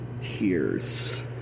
Tears